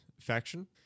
faction